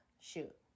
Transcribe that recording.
shoot